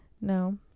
No